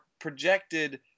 projected